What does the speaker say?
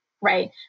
right